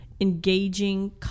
engaging